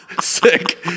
Sick